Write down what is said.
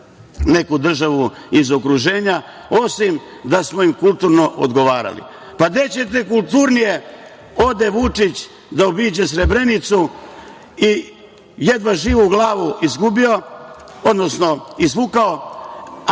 neku državu iz okruženja, osim da smo im kulturno odgovarali. Pa, gde ćete kulturnije, ode Vučić da obiđe Srebrenicu i jedva živu glavu izvukao?